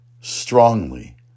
strongly